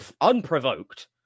unprovoked